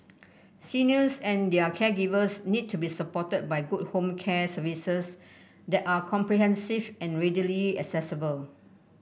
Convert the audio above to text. seniors and their caregivers need to be supported by good home care services that are comprehensive and readily accessible